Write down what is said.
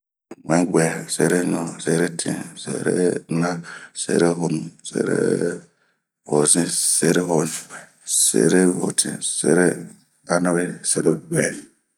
sunuwo, wmuɛguɛ, sereɲu, seretin, serena, serehonu, serehozin, serehoɲu, serehotin ,sereanawe, sereguɛ.